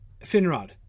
Finrod